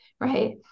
right